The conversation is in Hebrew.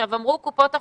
אמרו קופות החולים,